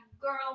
girl